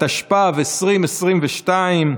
התשפ"ב 2022,